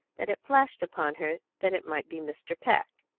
that it flashed upon her that it might be mr. peck.